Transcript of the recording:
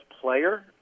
player